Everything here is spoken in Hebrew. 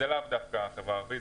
זה לאו דווקא קשור בחברה הערבית.